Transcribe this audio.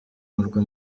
murwa